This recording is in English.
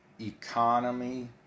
economy